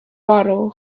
bottle